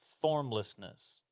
formlessness